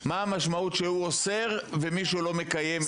מה המשמעות שהוא אוסר ומישהו לא מקיים?